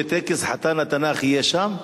התחרות וטקס חתן התנ"ך יהיה שם?